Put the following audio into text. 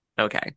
Okay